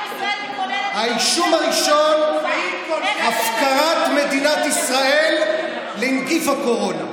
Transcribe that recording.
האישום הראשון, הפקרת מדינת ישראל לנגיף הקורונה.